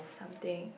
something